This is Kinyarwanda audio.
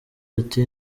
ati